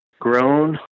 grown